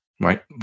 right